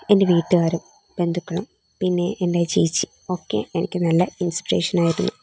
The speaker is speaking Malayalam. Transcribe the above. എൻ്റെ വീട്ടുകാരും ബന്ധുക്കളും പിന്നെ എൻ്റെ ചേച്ചി ഒക്കെ എനിക്ക് നല്ല ഇൻസ്പിരേഷൻ ആയിരുന്നു